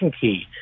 key